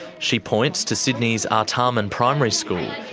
she points to sydney's artarmon primary school,